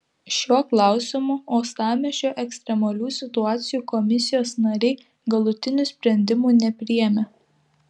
šiuo klausimu uostamiesčio ekstremalių situacijų komisijos nariai galutinių sprendimų nepriėmė